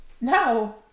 no